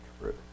true